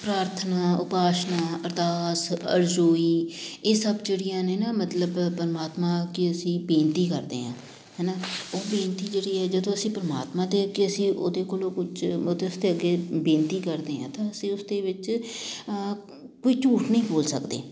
ਪ੍ਰਾਰਥਨਾ ਉਪਾਸਨਾ ਅਰਦਾਸ ਅਰਜੋਈ ਇਹ ਸਭ ਜਿਹੜੀਆਂ ਨੇ ਨਾ ਮਤਲਬ ਪਰਮਾਤਮਾ ਅੱਗੇ ਅਸੀਂ ਬੇਨਤੀ ਕਰਦੇ ਹਾਂ ਹੈ ਨਾ ਉਹ ਬੇਨਤੀ ਜਿਹੜੀ ਏ ਜਦੋਂ ਅਸੀਂ ਪਰਮਾਤਮਾ ਦੇ ਅੱਗੇ ਅਸੀਂ ਉਹਦੇ ਕੋਲੋਂ ਕੁਝ ਇਹਦੇ ਵਾਸਤੇ ਅੱਗੇ ਬੇਨਤੀ ਕਰਦੇ ਹਾਂ ਤਾਂ ਅਸੀਂ ਉਸ ਦੇ ਵਿੱਚ ਕੋਈ ਝੂਠ ਨਹੀਂ ਬੋਲ ਸਕਦੇ